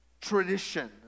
tradition